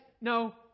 no